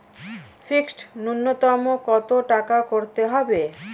Fixed নুন্যতম কত টাকা করতে হবে?